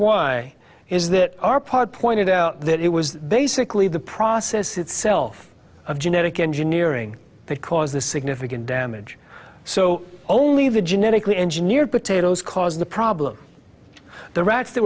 why is that our part pointed out that it was basically the process itself of genetic engineering because the significant damage so only the genetically engineer potatoes caused the problem the rats th